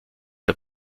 der